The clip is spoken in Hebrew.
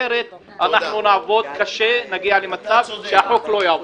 אחרת, אנחנו נעבוד קשה ונגיע למצב שהחוק לא יעבור.